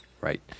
Right